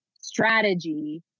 strategy